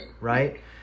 right